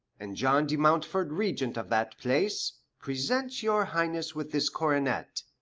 and john de mountford, regent of that place, presents your highness with this coronet,